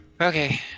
okay